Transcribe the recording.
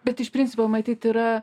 bet iš principo matyt yra